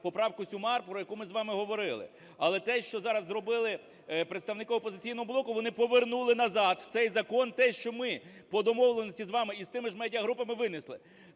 поправку Сюмар, про яку ми з вам и говорили. Але те, що зараз зробили представники "Опозиційного блоку", вони повернули назад в цей закон те, що ми по домовленості з вами і з тими ж медіа групами винесли.